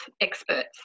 experts